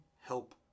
help